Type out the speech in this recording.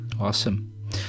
Awesome